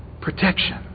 Protection